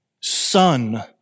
Son